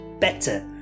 better